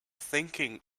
thinking